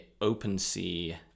OpenSea